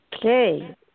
Okay